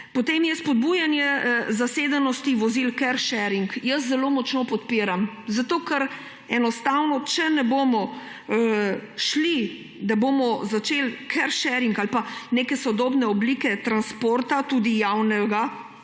Potem je spodbujanje zasedenosti vozil car charing. Zelo močno ga podpiram. Ker enostavno, če ne bomo šli, da bomo začeli s car charingom ali pa neke sodobne oblike transporta, tudi javnega